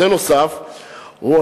ב.